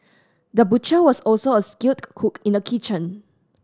the butcher was also a skilled cook in the kitchen